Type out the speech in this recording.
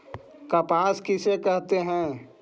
कपास किसे कहते हैं?